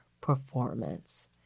performance